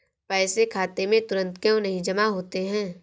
पैसे खाते में तुरंत क्यो नहीं जमा होते हैं?